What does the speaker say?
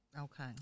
Okay